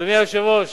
אדוני היושב-ראש,